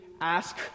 ask